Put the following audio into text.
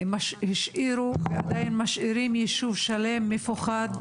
השאירו, ועדיין משאירים, יישוב שלם מפוחד.